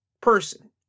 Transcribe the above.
person